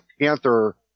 Panther